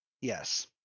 Yes